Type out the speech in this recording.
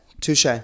Touche